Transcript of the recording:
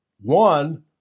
one